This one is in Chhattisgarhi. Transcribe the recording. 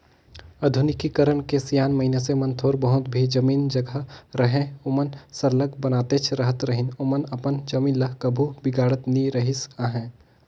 आधुनिकीकरन के सियान मइनसे मन थोर बहुत भी जमीन जगहा रअहे ओमन सरलग बनातेच रहत रहिन ओमन अपन जमीन ल कभू बिगाड़त नी रिहिस अहे